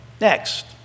Next